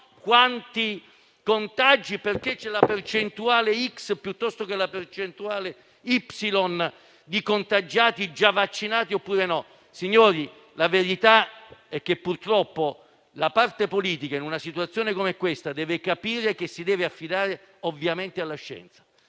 quanti contagi; perché c'è la percentuale X piuttosto che la percentuale Y di contagiati già vaccinati, oppure no. Colleghi, la verità è che purtroppo la parte politica, in una situazione come questa, deve capire che si deve affidare ovviamente alla scienza.